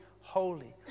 holy